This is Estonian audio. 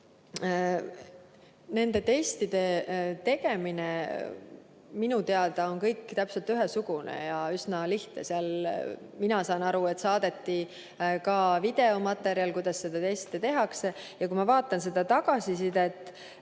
Nende testide tegemine minu teada on täpselt ühesugune ja üsna lihtne. Mina saan aru, et saadeti ka videomaterjal, kuidas seda testi tehakse. Ja kui ma vaatan tagasisidet,